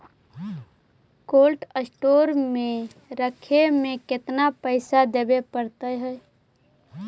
Cold store में रखे में केतना पैसा देवे पड़तै है?